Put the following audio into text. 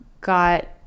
got